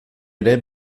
ere